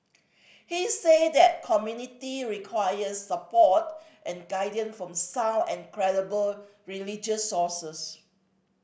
he said that community requires support and guidance from sound and credible religious sources